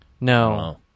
No